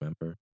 remember